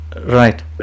right